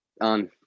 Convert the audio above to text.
on